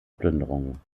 plünderungen